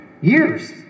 years